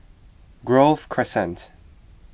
Grove Crescent